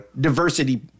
diversity